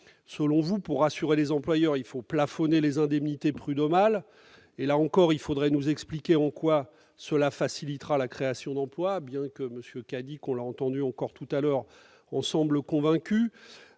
Selon vous, pour rassurer les employeurs, il faudrait plafonner les indemnités prud'homales ; là encore, il faudra nous expliquer en quoi cela facilitera la création d'emplois, bien que M. Cadic, on a pu l'entendre encore à l'instant, en semble convaincu.